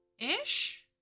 ish